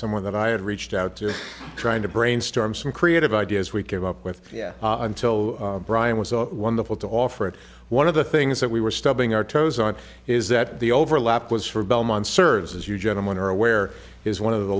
someone that i had reached out to trying to brainstorm some creative ideas we came up with until brian was wonderful to offer it one of the things that we were studying our toes on is that the overlap was for belmont serves as you gentlemen are aware is one of the